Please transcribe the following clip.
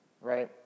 right